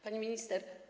Panie Minister!